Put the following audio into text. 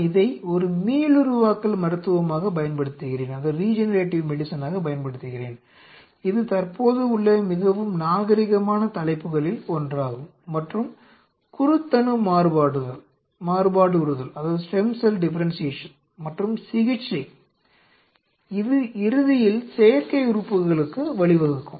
நான் இதை ஒரு மீளுருவாக்கல் மருத்துவமாகப் பயன்படுத்துகிறேன் இது தற்போது உள்ள மிகவும் நாகரீகமான தலைப்புகளில் ஒன்றாகும் மற்றும் குருத்தணு மாறுபாடுறுதல் மற்றும் சிகிச்சை இது இறுதியில் செயற்கை உறுப்புகளுக்கு வழிவகுக்கும்